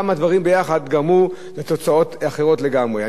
כמה דברים ביחד גרמו לתוצאות אחרות לגמרי.